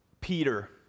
Peter